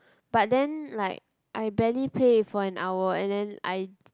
but then like I barely play it for an hour and then I j~